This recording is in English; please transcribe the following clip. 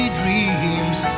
dreams